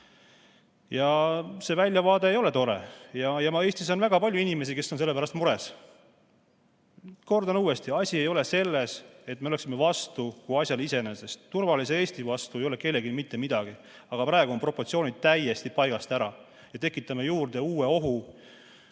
See väljavaade ei ole tore. Eestis on väga palju inimesi, kes on selle pärast mures. Kordan uuesti: asi ei ole selles, et me oleksime iseenesest asja kui sellise vastu. Turvalise Eesti vastu ei ole kellelgi mitte midagi. Aga praegu on proportsioonid täiesti paigast ära ja me tekitame juurde uue ohu